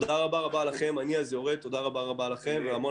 אנחנו נעבור